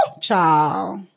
Ciao